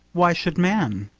why should man?